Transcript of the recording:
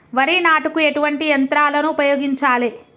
వరి నాటుకు ఎటువంటి యంత్రాలను ఉపయోగించాలే?